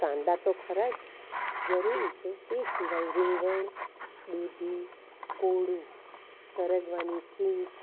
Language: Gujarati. કાંદા તો ખરા જ જરૂરી છે તે સિવાય રીંગણ દૂધી કોળું સરગવાની સિંગ